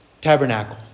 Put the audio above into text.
tabernacle